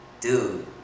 Dude